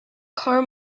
car